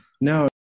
No